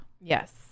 Yes